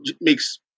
makes